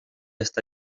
está